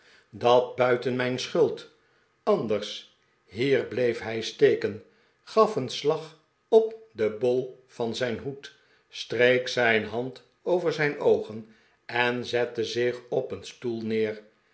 dat buiten mijn schuld anders hier bleef hij steken gaf een slag op den bol van zijn hoed streek zijn hand over zijn oogen en zette zich op een stoel neer